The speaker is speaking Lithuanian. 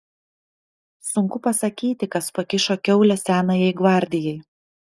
sunku pasakyti kas pakišo kiaulę senajai gvardijai